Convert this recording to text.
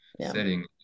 setting